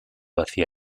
hacia